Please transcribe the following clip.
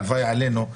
הלוואי עלינו.